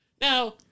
Now